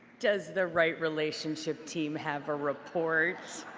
does the right relationship team have a report?